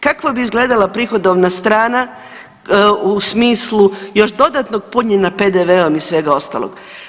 Kako bi izgledala prihodovna strana u smislu još dodatnog punjenja PDV-om i svega ostalog?